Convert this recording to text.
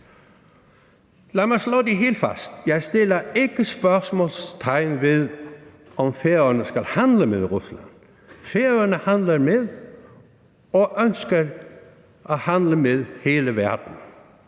Lad mig slå det helt fast: Jeg sætter ikke spørgsmålstegn ved, om Færøerne skal handle med Rusland. Færøerne handler med og ønsker at handle med hele verden,